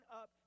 up